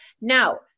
Now